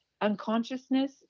unconsciousness